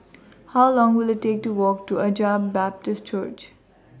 How Long Will IT Take to Walk to Agape Baptist Church